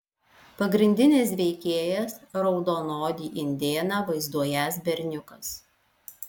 pagrindinis veikėjas raudonodį indėną vaizduojąs berniukas